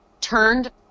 turned